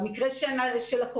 במקרה של הקורונה,